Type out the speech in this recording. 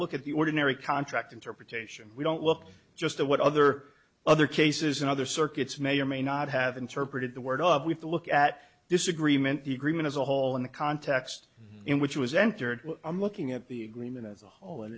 look at the ordinary contract interpretation we don't look just at what other other cases in other circuits may or may not have interpreted the word up with a look at disagreement the agreement as a whole in the context in which was entered i'm looking at the agreement as a whole and